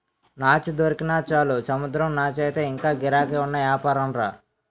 నాచు దొరికినా చాలు సముద్రం నాచయితే ఇంగా గిరాకీ ఉన్న యాపారంరా